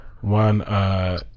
one